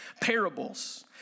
parables